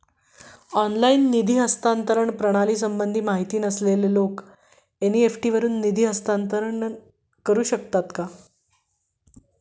Online निधी हस्तांतरण प्रणालीसंबंधी माहिती नसलेले लोक एन.इ.एफ.टी वरून निधी हस्तांतरण करू शकतात का?